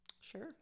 Sure